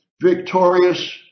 Victorious